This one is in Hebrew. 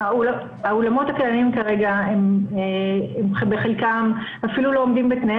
האולמות הקיימים כרגע הם בחלקם אפילו לא עומדים בתנאי